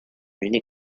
unique